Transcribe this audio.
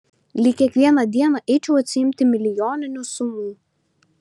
lyg kiekvieną dieną eičiau atsiimti milijoninių sumų